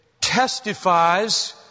testifies